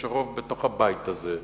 יש רוב בתוך הבית הזה.